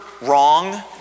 wrong